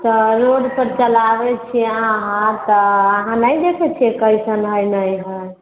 तऽ रोडपर चलाबै छिए अहाँ तऽ अहाँ नहि देखै छिए कइसन हइ नहि हइ